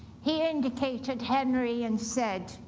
he indicated henry and said,